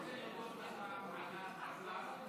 אני רוצה להודות לך על הדברים שאמרת,